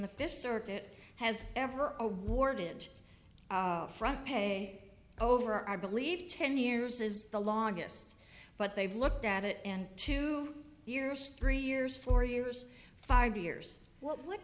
the fifth circuit has ever or warded from pay over i believe ten years is the longest but they've looked at it and two years three years four years five years what